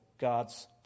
God's